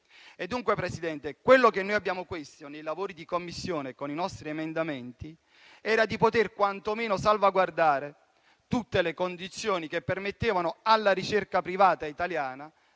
Dunque, Presidente, quello che noi abbiamo chiesto nei lavori di Commissione con i nostri emendamenti era quantomeno di poter salvaguardare tutte le condizioni che permettevano alla ricerca privata italiana